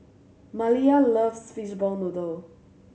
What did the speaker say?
Maliyah loves fishball noodle